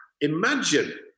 imagine